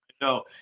No